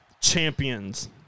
Champions